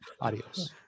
Adios